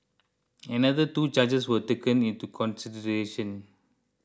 another two charges were taken into consideration